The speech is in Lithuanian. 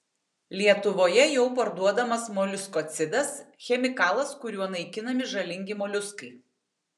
lietuvoje jau parduodamas moliuskocidas chemikalas kuriuo naikinami žalingi moliuskai